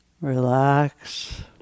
Relax